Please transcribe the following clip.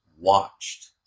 watched